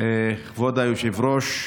כבוד היושב-ראש,